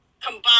combine